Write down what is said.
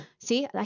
see